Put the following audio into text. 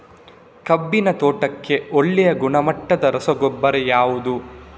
ಕಬ್ಬಿನ ತೋಟಕ್ಕೆ ಒಳ್ಳೆಯ ಗುಣಮಟ್ಟದ ರಸಗೊಬ್ಬರ ಯಾವುದು?